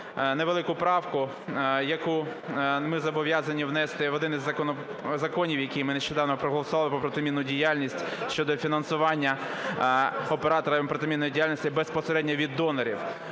невелику правку, яку ми зобов'язані внести в один із законів, який ми нещодавно проголосували, про протимінну діяльність, щодо фінансування операторами протимінної діяльності безпосередньо від донорів.